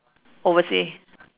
oversea